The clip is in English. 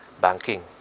banking